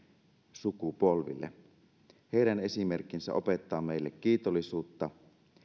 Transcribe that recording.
sukupolville heidän esimerkkinsä opettaa meille kiitollisuutta